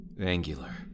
Angular